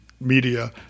media